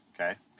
Okay